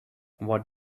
what